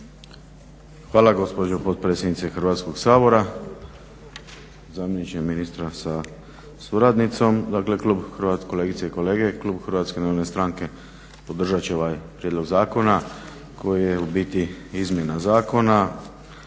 Hvala gospođo potpredsjednice Hrvatskog sabora, zamjeniče ministra sa suradnicom. Kolegice i kolege klub HNS-a podržat će ovaj prijedlog zakona koji je u biti izmjena zakona.